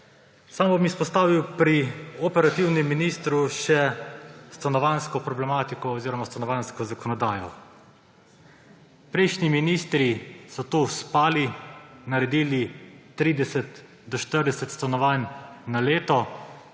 Samo bi izpostavil pri operativnem ministru še stanovanjsko problematiko oziroma stanovanjsko zakonodajo. Prejšnji ministri so tu spali, naredili 30 do 40 stanovanj na leto,